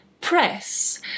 press